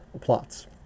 plots